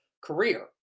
career